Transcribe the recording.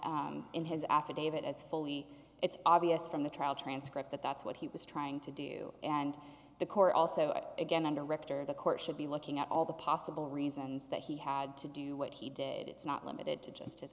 in his affidavit as fully it's obvious from the trial transcript that that's what he was trying to do and the court also again and director the court should be looking at all the possible reasons that he had to do what he did it's not limited to just